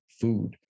food